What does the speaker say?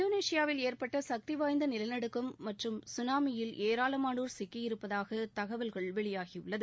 இந்தோனேஷியாவில் ஏற்பட்ட சக்தி வாய்ந்த நிலநடுக்கம் மற்றும் கனாமியில் ஏராளமானோர் சிக்கியிருப்பதாக தகவல் வெளியாகி உள்ளது